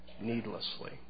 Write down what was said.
needlessly